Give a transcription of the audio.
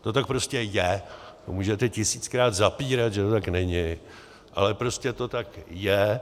To tak prostě je a můžete tisíckrát zapírat, že to tak není, ale prostě to tak je.